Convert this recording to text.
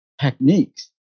techniques